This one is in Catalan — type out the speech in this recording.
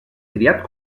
criat